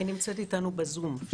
היא נמצאת איתנו בזום.